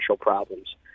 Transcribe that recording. problems